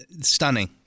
Stunning